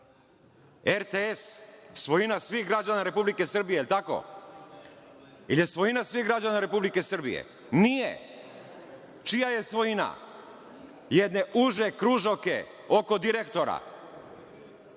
RTS, svojina svih građana Republike Srbije, jel tako? Jel je svojina svih građana Republike Srbije? Nije. Čija je svojina? Jedne uže kružoke oko direktora.